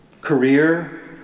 Career